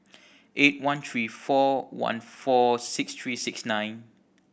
eight one three four one four six three six nine